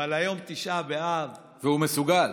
אבל היום תשעה באב, והוא מסוגל.